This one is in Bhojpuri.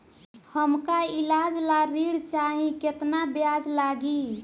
हमका ईलाज ला ऋण चाही केतना ब्याज लागी?